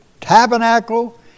tabernacle